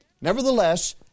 Nevertheless